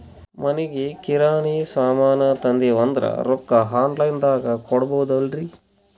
ಮನಿಗಿ ಕಿರಾಣಿ ಸಾಮಾನ ತಂದಿವಂದ್ರ ರೊಕ್ಕ ಆನ್ ಲೈನ್ ದಾಗ ಕೊಡ್ಬೋದಲ್ರಿ?